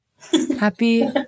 Happy